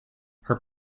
her